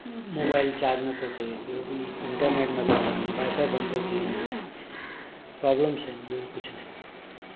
mobile charge नथो थिए ॿियो बि इंटरनैट नथा हलनि वाइफाइ बंदि थो थी वञे प्रॉब्लम्स सही में कुझु न आहे